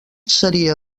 seria